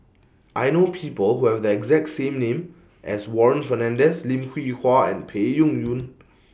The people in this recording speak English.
I know People Who Have The exact same name as Warren Fernandez Lim Hwee Hua and Peng Yuyun